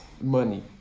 money